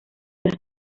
las